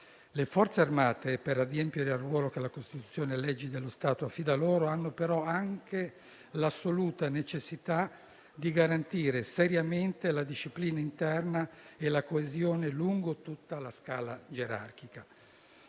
Le Forze armate, per adempiere al ruolo che la Costituzione e le leggi dello Stato affidano loro, hanno, però, anche l'assoluta necessità di garantire seriamente la disciplina interna e la coesione lungo tutta la scala gerarchica.